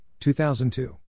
2002